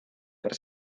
per